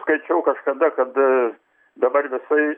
skaičiau kažkada kad dabar visai